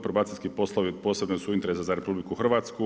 Porobacijski poslovi od posebnog su interesa za RH.